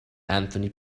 anthony